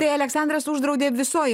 tai aleksandras uždraudė visoj